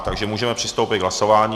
Takže můžeme přistoupit k hlasování.